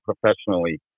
professionally